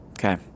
okay